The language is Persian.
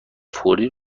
فوری